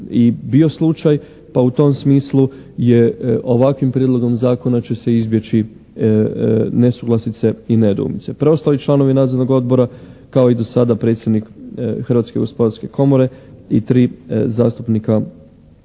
bio slučaj pa u tom smislu je ovakvim prijedlogom zakona će se izbjeći nesuglasice i nedoumice. Preostali članovi nadzornog odbora kao i do sada predsjednik Hrvatske gospodarske komore i tri zastupnika Hrvatskog sabora.